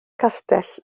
castell